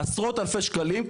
עשרות אלפי שקלים.